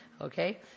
okay